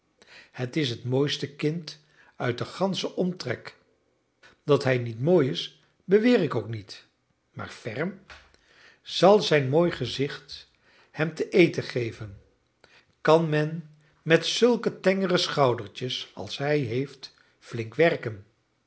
het is het mooiste kind uit den ganschen omtrek dat hij niet mooi is beweer ik ook niet maar ferm zal zijn mooi gezicht hem te eten geven kan men met zulke tengere schoudertjes als hij heeft flink werken